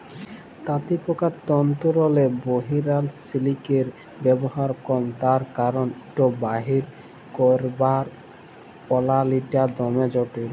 তাঁতিপকার তল্তুরলে বহিরাল সিলিকের ব্যাভার কম তার কারল ইট বাইর ক্যইরবার পলালিটা দমে জটিল